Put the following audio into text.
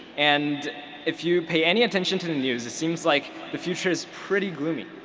and if you pay any attention to the news it seems like the future is pretty gloomy.